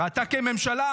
ואתה כממשלה,